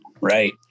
right